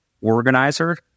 organizer